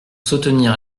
soutenir